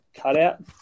cutout